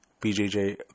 BJJ